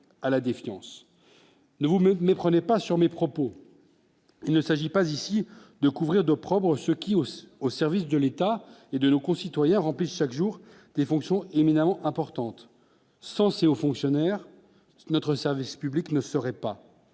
à la défiance mais vous me méprenez pas sur mes propos, il ne s'agit pas ici de couvrir d'opprobre, ce qui, aussi, au service de l'État et de nos concitoyens remplissent chaque jour des fonctions éminemment importante censée aux fonctionnaires, notre service public ne serait pas,